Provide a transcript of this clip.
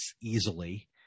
easily